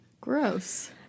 Gross